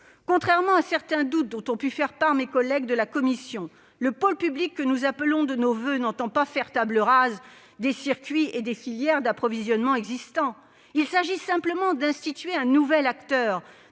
Contrairement à certains doutes dont ont pu faire part mes collègues de la commission, le pôle public que nous appelons de nos voeux n'entend pas faire table rase des circuits et des filières d'approvisionnement existants. Il s'agit simplement d'instituer un nouvel acteur,